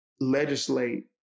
legislate